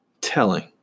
telling